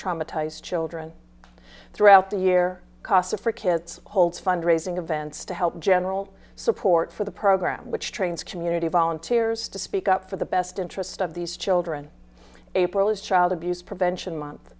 traumatized children throughout the year casa for kids holds fundraising events to help general support for the program which trains community volunteers to speak up for the best interest of these children april is child abuse prevention month